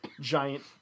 giant